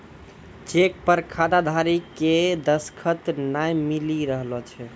cheque पर खाताधारी के दसखत नाय मिली रहलो छै